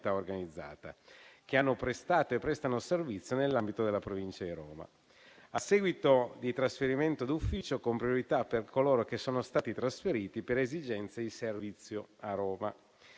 organizzata, che hanno prestato e prestano servizio nell'ambito della provincia di Roma, a seguito di trasferimento d'ufficio, con priorità per coloro che sono stati trasferiti per esigenze di servizio a